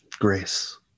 grace